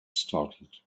startled